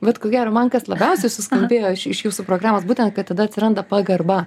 vat ko gero man kas labiausiai suskambėjo iš jūsų programos būtent kad tada atsiranda pagarba